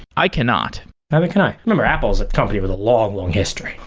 i cannot neither can i. remember apple is a company with a long, long history.